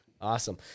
Awesome